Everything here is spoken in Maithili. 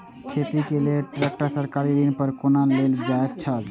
खेती के लेल ट्रेक्टर सरकारी ऋण पर कोना लेल जायत छल?